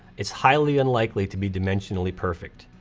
it's highly unlikely to be dimensionally perfect.